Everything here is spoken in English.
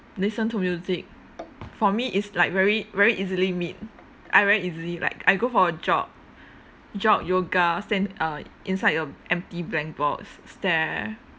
listen to music for me it's like very very easily meet I very easily like I go for a jog jog yoga stand uh inside your empty blank box stare